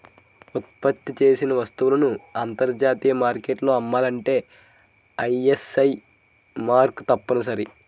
ఉత్పత్తి చేసిన వస్తువులను అంతర్జాతీయ మార్కెట్లో అమ్మాలంటే ఐఎస్ఐ మార్కు తప్పనిసరి